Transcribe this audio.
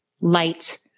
light